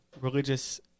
Religious